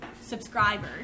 subscribers